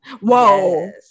Whoa